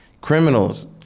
Criminals